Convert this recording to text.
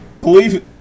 Believe